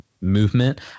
movement